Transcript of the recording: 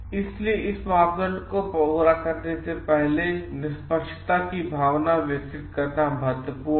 इसलिए इस मापदंड को पूरा करने से पहले निष्पक्षता की भावना विकसित करना महत्वपूर्ण है